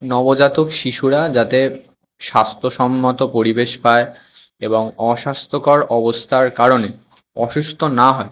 নবজাতক শিশুরা যাতে স্বাস্থ্যসম্মত পরিবেশ পায় এবং অস্বাস্থ্যকর অবস্থার কারণে অসুস্থ না হয়